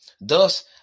Thus